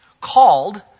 called